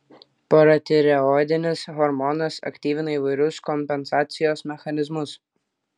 paratireoidinis hormonas aktyvina įvairius kompensacijos mechanizmus